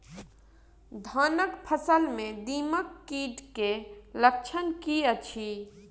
धानक फसल मे दीमक कीट केँ लक्षण की अछि?